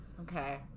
Okay